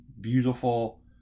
beautiful